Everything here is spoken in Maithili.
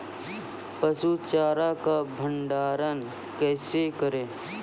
पसु चारा का भंडारण कैसे करें?